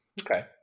Okay